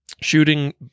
Shooting